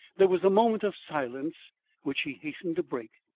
there was a moment of silence which she hastened to break.